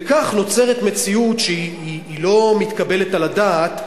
וכך נוצרת מציאות שהיא לא מתקבלת על הדעת,